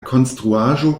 konstruaĵo